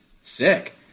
sick